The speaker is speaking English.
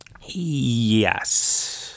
Yes